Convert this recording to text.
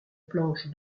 planche